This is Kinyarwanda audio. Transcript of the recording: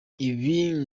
ibi